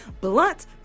Blunt